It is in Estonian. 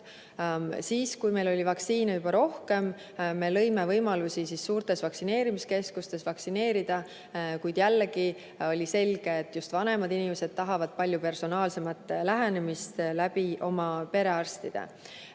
Siis, kui meil oli vaktsiini juba rohkem, me lõime võimalusi suurtes vaktsineerimiskeskustes vaktsineerida, kuid oli selge, et just vanemad inimesed tahavad palju personaalsemat lähenemist oma perearstide